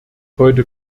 heute